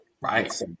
right